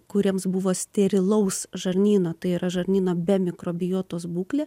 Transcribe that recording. kuriems buvo sterilaus žarnyno tai yra žarnyno be mikrobiotos būklė